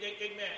amen